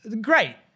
great